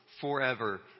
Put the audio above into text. forever